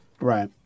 Right